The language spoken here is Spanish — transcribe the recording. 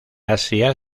asia